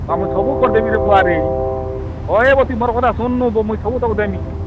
ଆମେ ସବୁକରି ଦେବିରେ ବୁଆରେ ଘରେ ବସି ମୋର୍ ଗୋଟେ ଶୁନ୍ ମୁଇଁ ସବୁତକ୍ ଦେବିଁ